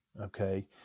Okay